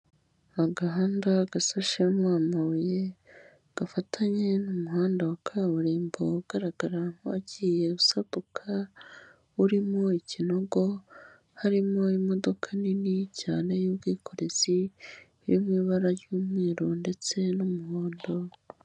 Agahanda gasashemo amabuye gafatanye n'umuhanda wa kaburimbo ugaragara nk'uwagiye usaduka urimo ikinogo, harimo imodoka nini cyane y'ubwikorezi iri mu ibara ry'umweru ndetse n'umuhondo.